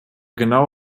genau